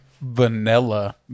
vanilla